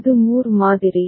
இது மூர் மாதிரி